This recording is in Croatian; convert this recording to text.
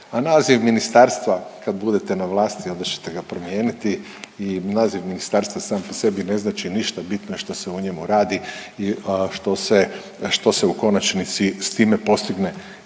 a naziv ministarstva kad budete na vlasti onda ćete ga promijeniti i naziv ministarstva sam po sebi ne znači ništa, bitno je što se u njemu radi i što se, što se u konačnici s time postigne.